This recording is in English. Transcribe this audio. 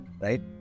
right